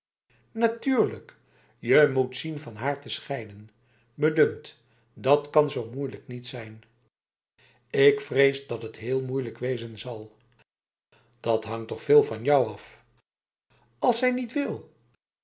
natuurlijk je moet zien van haar te scheiden me dunkt dat kan zo moeilijk niet zijn ik vrees dat het heel moeilijk wezen zal dat hangt toch veel van jou af als zij niet wil